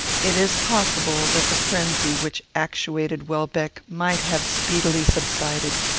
it is possible that the frenzy which actuated welbeck might have speedily subsided.